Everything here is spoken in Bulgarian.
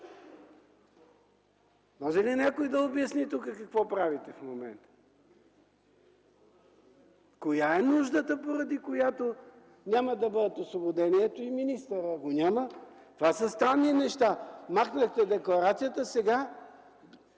Може ли някой да обясни тук какво правите в момента? Коя е нуждата, поради която няма да бъдат освободени? Ето и министъра го няма. Това са странни неща! Махнахте декларацията, сега…